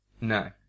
No